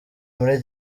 muri